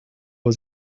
was